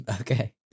Okay